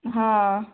ହଁ